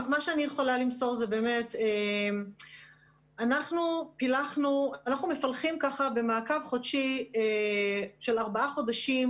מה שאני יכולה למסור זה שאנחנו מפלחים במעקב חודשי של ארבעה חודשים,